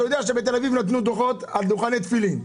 אתה יודע שבתל אביב נתנו דוחות על דוכני תפילין.